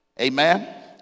Amen